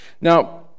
Now